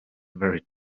very